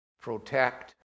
protect